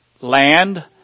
land